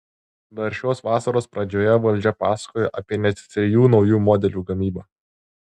dar šios vasaros pradžioje valdžia pasakojo apie net trijų naujų modelių gamybą